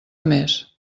més